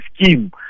scheme